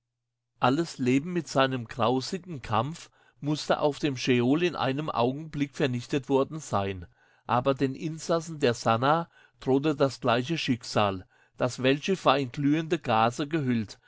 alles leben mit seinem grausigen kampf mußte auf dem scheol in einem augenblick vernichtet worden sein aber den insassen der sannah drohte das gleiche schicksal das weltschiff war in glühende gase gehüllt